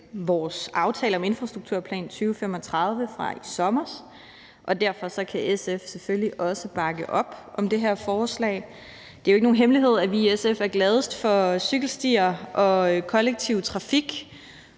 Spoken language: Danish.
vores aftale om Infrastrukturplan 2035 fra i sommer, og derfor kan SF selvfølgelig også bakke op om det her forslag. Det er jo ikke nogen hemmelighed, at vi i SF er gladest for cykelstier og kollektiv trafik,